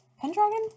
Pendragon